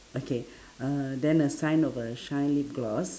okay uhh then a sign of a shine lip gloss